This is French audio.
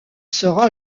sera